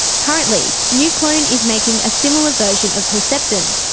currently neuclone is making a similar version of herceptin,